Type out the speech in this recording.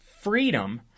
freedom